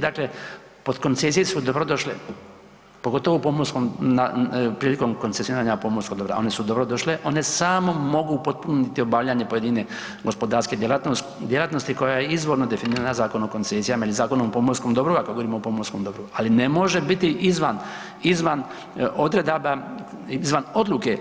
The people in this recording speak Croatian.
Dakle, potkoncesije su dobro došle pogotovo u pomorskom, prilikom koncesioniranja pomorskom dobra, one su dobro došle, one samo mogu upotpuniti obavljanje pojedine gospodarske djelatnosti koja je izvorno definirana Zakonom o koncesijama ili Zakonom o pomorskom dobru ako govorimo o pomorskom dobru, ali ne može biti izvan odredaba, izvan odluke